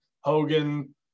hogan